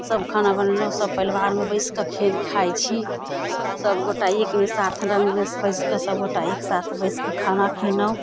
सभ खाना बनेनहुँ सभ परिवारमे बैसिकऽ खाइ खाइ छी सभगोटा एक मे साथ रङ्गमे बैसिकऽ सभगोटा एक साथ बैसिकऽ खाना खेनहुँ